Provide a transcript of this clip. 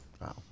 Wow